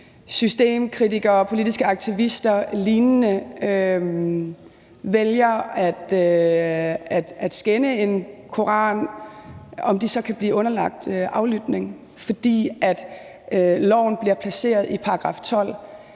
systemkritikere og politiske aktivister og lignende vælger at skænde en koran, kan de blive underlagt aflytning, fordi det bliver placeret i kapitel 12.